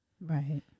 Right